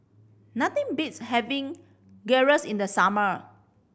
nothing beats having Gyros in the summer